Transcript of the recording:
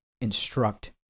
instruct